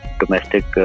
domestic